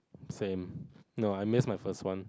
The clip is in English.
same no I miss my first one